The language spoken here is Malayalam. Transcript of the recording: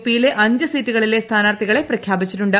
പിയിലെ അഞ്ചു സീറ്റുകളിലെ സ്ഥാനാർത്ഥികളെ പ്രഖ്യാപിച്ചിട്ടുണ്ട്